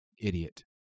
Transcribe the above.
Idiot